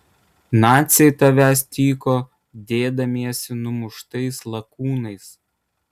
naciai tavęs tyko dėdamiesi numuštais lakūnais